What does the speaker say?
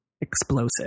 explosive